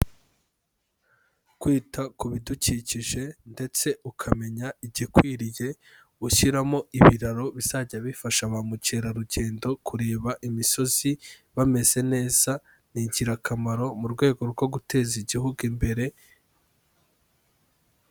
Kwita ku bidukikije ndetse ukamenya igikwiriye ushyiramo ibiraro bizajya bifasha ba mukerarugendo kureba imisozi bameze neza, ni ingirakamaro mu rwego rwo guteza Igihugu imbere.